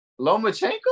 Lomachenko